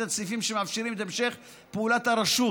את הסעיפים שמאפשרים את המשך פעולת הרשות.